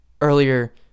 earlier